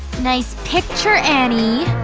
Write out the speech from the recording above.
nice picture, annie!